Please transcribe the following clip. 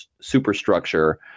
superstructure